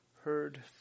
heard